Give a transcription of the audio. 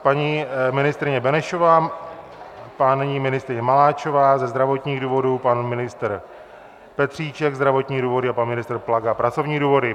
Paní ministryně Benešová, paní ministryně Maláčová ze zdravotních důvodů, pan ministr Petříček zdravotní důvody a pan ministr Plaga pracovní důvody.